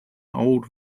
old